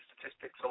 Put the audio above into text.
statistics